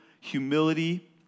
humility